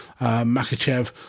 Makachev